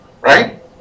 right